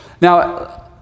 Now